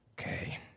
Okay